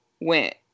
went